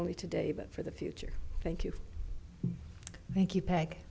only today but for the future thank you thank you p